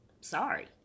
sorry